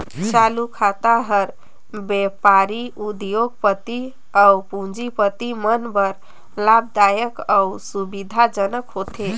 चालू खाता हर बेपारी, उद्योग, पति अउ पूंजीपति मन बर लाभदायक अउ सुबिधा जनक होथे